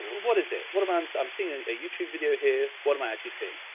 what is it? what am i, i'm seeing a youtube video here. what am i actually seeing?